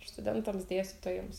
studentams dėstytojams tai